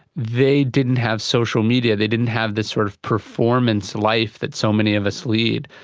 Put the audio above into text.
they didn't have social media, they didn't have this sort of performance life that so many of us lead.